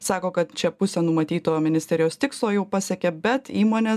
sako kad čia pusę numatyto ministerijos tikslo jau pasiekė bet įmonės